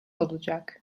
olacak